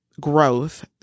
growth